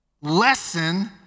lesson